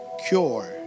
cure